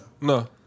No